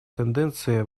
тенденции